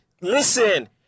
listen